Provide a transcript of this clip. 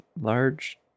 large